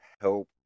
help